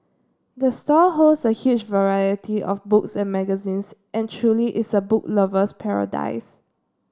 the store holds a huge variety of books and magazines and truly is a book lover's paradise